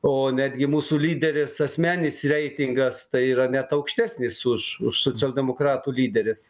o netgi mūsų lyderis asmeninis reitingas tai yra net aukštesnis už už socialdemokratų lyderis